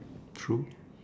true